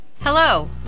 Hello